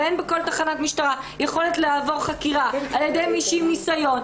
ואין בכל תחנת משטרה יכולת לעבור חקירה על ידי מישהו עם ניסיון,